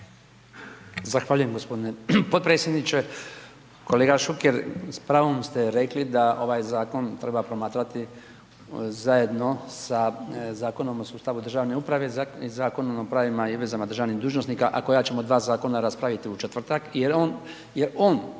Zahvaljujem gospodine potpredsjedniče. Kolega Šuker, s pravom ste rekli da ovaj zakon treba promatrati zajedno sa Zakonom o sustavu državne uprave i Zakonom o pravima i vezama državnih dužnosnika, a koja ćemo dva zakona raspraviti u četvrtak, jer on